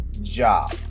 job